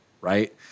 right